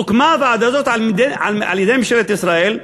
הוקמה הוועדה הזאת על-ידי ממשלת ישראל,